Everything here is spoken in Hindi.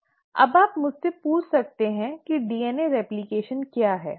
अब आप मुझसे पूछ सकते हैं कि डीएनए प्रतिकृति क्या है